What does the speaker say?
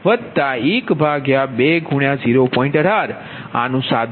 1868